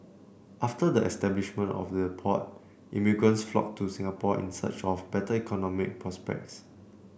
after the establishment of the port immigrants flocked to Singapore in search of better economic prospects